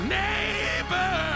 neighbor